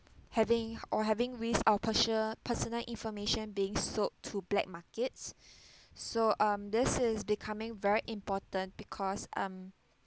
having or having risked our perso~ personal information being sold to black markets so um this is becoming very important because um